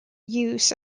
use